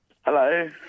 Hello